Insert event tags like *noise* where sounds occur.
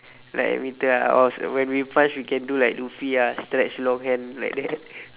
like emitter ah or when we can punch we can do like luffy ah stretch long hand like that *laughs*